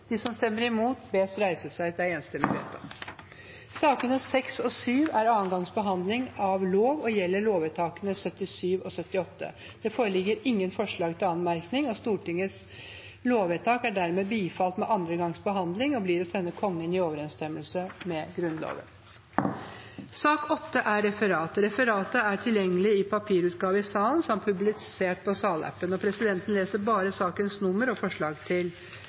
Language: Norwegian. De Grønne og Rødt har varslet støtte til forslagene. Sakene nr. 6 og 7 er andre gangs behandling av lover og gjelder lovvedtakene 77 og 78. Det foreligger ingen forslag til anmerkning. Stortingets lovvedtak er dermed bifalt ved andre gangs behandling og blir å sende Kongen i overensstemmelse med Grunnloven. Dermed er sakene på dagens kart ferdigbehandlet. Forlanger noen ordet før møtet heves? – Møtet er